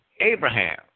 Abraham